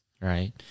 Right